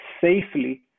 safely